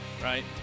Right